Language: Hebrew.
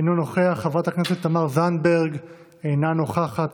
אינו נוכח, חברת הכנסת תמר זנדברג, אינה נוכחת.